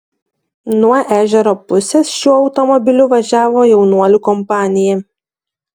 nuo ežero pusės šiuo automobiliu važiavo jaunuolių kompanija